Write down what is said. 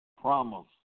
promise